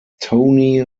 tony